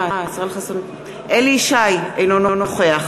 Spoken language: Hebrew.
אינו נוכח